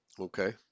okay